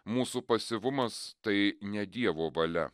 mūsų pasyvumas tai ne dievo valia